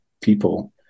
people